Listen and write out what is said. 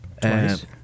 Twice